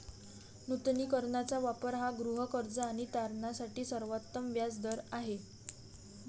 नूतनीकरणाचा वापर हा गृहकर्ज आणि तारणासाठी सर्वोत्तम व्याज दर आहे